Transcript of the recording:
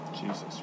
Jesus